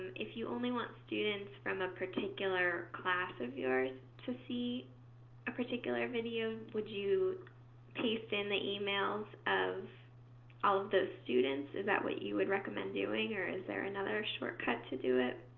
if you only want students from a particular class of yours to see a particular video, would you paste in the emails of all of those students? is that what you would recommend doing? or is there another shortcut to do it?